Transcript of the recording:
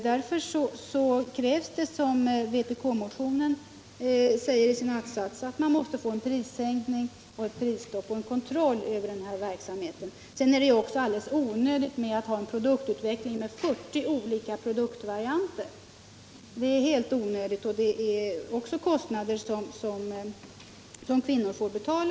Därför krävs det, som vpk-motionen säger i sin att-sats, en prissänkning och ett prisstopp och en kontroll över verksamheten. Vidare är det alldeles onödigt med en produktutveckling som leder till 40 olika varianter av samma produkt. Det medför också kostnader som kvinnor får betala.